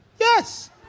Yes